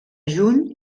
juny